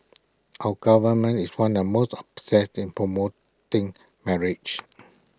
our government is one the most obsessed in promoting marriage